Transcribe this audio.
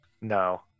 no